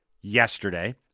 yesterday